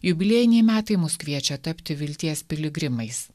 jubiliejiniai metai mus kviečia tapti vilties piligrimais